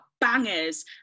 bangers